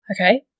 Okay